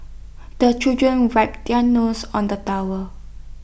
the children wipe their noses on the tower